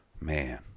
man